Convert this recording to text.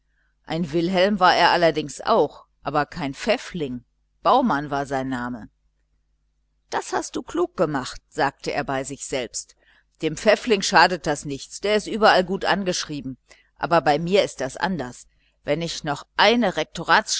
ein wilhelm war er allerdings auch aber kein pfäffling baumann war sein name das hast du klug gemacht sagte er bei sich selbst dem pfäffling schadet das nichts der ist überall gut angeschrieben aber bei mir ist das anders wenn ich noch eine